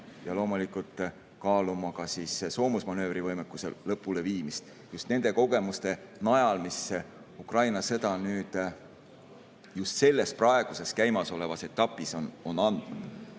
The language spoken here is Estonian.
ja loomulikult kaaluma ka soomusmanöövrivõimekuse lõpuleviimist just nende kogemuste najal, mis Ukraina sõda nüüd just selles praeguses, käimasolevas etapis on andnud. Siin